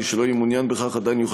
מי שלא יהיה מעוניין בכך עדיין יוכל